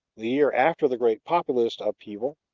the year after the great populist upheaval,